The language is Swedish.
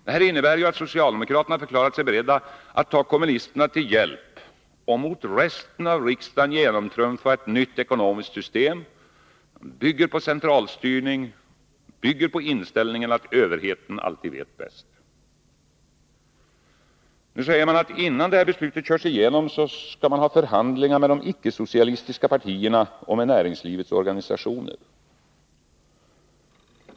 Det innebär ju att socialdemokraterna förklarat sig beredda att ta kommunisterna till hjälp och mot resten av riksdagen genomtrumfa ett nytt ekonomiskt system, byggt på centralstyrning, byggt på inställningen att överheten alltid vet bäst. Nu säger man att innan beslutet körs igenom skall man ha förhandlingar med de icke-socialistiska partierna och med näringslivets organisationer.